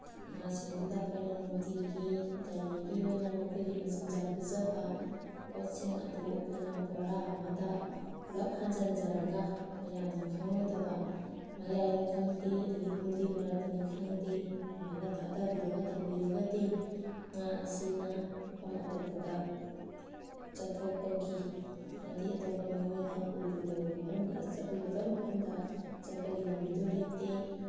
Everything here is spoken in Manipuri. ꯉꯥꯁꯤꯡꯗꯨꯗ ꯑꯩꯈꯣꯏꯅ ꯅꯨꯡꯇꯤꯒꯤ ꯗꯦꯂꯤꯒꯤ ꯑꯣꯏꯅ ꯃꯈꯣꯏꯒꯤ ꯃꯆꯤꯟꯖꯥꯛ ꯄꯤꯖꯕ ꯄꯣꯠꯁꯤꯡ ꯑꯗꯨ ꯑꯩꯈꯣꯏꯅ ꯕꯣꯔꯥ ꯑꯃꯗ ꯄꯨꯜꯂꯞ ꯍꯥꯟꯖꯤꯟꯖꯔꯒ ꯃꯌꯥꯝꯅ ꯈꯪꯂꯣꯏꯗꯕ ꯃꯌꯥꯏꯅꯤ ꯈꯪꯗꯦ ꯑꯗꯒꯤ ꯐꯨꯝꯗꯤ ꯃꯔꯛꯇꯅꯤ ꯈꯪꯗꯦ ꯁꯨꯃꯥꯏꯅ ꯊꯥꯗꯕꯤꯔꯒ ꯊꯝꯕꯤꯔꯒꯗꯤ ꯉꯥ ꯑꯁꯤꯅ ꯃꯐꯝ ꯑꯇꯣꯞꯄꯗ ꯆꯠꯊꯣꯛꯄꯒꯤ ꯍꯥꯏꯗꯤ ꯑꯇꯣꯞꯄ ꯃꯤꯑꯣꯏꯅ ꯎꯔꯣꯏꯗꯕ ꯃꯐꯝ ꯎꯒꯗꯕ ꯃꯐꯝꯗ ꯆꯠꯄꯒꯤ ꯂꯝꯕꯤꯗꯣ ꯂꯩꯇꯦ